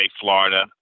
Florida